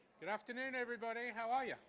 good afternoon everybody, how are you?